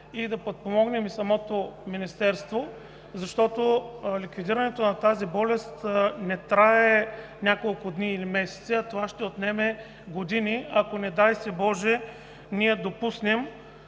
да подпомогнем и самото министерство, защото ликвидирането на тази болест не трае няколко дни или месеци, а това ще отнеме години, ако, не дай си боже, ние допуснем